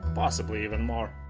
possibly even more.